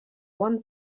bon